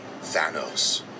Thanos